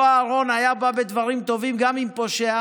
אותו אהרן היה בא בדברים טובים גם עם פושע,